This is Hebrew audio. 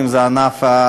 ואם זה ענף התעשייה,